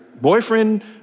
boyfriend